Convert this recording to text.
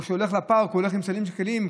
כשהוא הולך לפארק הוא הולך עם סלים וכלים,